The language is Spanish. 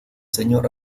señor